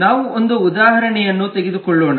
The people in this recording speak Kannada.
ನಾವು ಒಂದು ಉದಾಹರಣೆಯನ್ನು ತೆಗೆದುಕೊಳ್ಳೋಣ